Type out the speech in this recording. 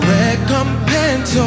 recompense